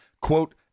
quote